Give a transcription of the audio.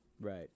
right